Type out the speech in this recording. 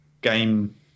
game